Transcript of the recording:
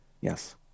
Yes